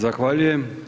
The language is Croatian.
Zahvaljujem.